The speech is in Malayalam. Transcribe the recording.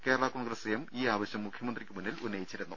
കേരള കോൺഗ്രസ് എം ഈ ആവശ്യം മുഖ്യമന്ത്രിക്ക് മുന്നിൽ ഉന്നയിച്ചിരുന്നു